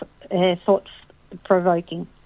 thought-provoking